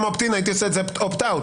opt in הייתי עושה את זה opt out,